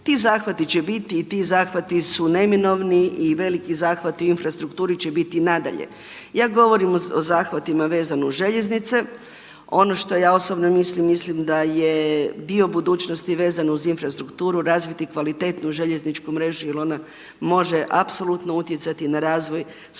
ti zahvati će biti i ti zahvati su neminovni i veliki zahvati u infrastrukturi će biti nadalje. Ja govorim o zahvatima vezanim uz željeznice. Ono što ja osobno mislim, mislim da je dio budućnosti vezan uz infrastrukturu razviti kvalitetnu željezničku mrežu jer ona može apsolutno utjecati na razvoj svih